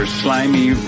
slimy